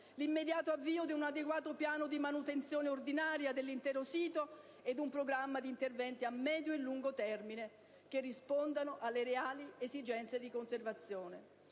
l'immediato avvio di un adeguato piano di manutenzione ordinaria dell'intero sito ed un programma di interventi a medio e lungo termine, che rispondano alle reali esigenze di conservazione.